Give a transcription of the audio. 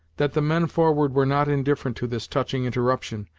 that the men forward were not indifferent to this touching interruption,